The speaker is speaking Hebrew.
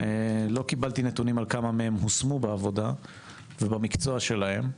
לא קיבלתי נתונים כמה מהם הושמו בעבודה ובמקצוע שלהם.